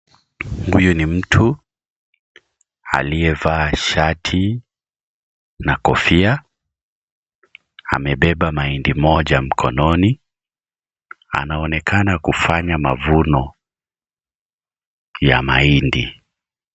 Huyu ni mtu aliyevaa shati na kofia, amebeba mahindi moja mkononi, anaonekana kufanya mavuno ya maindi.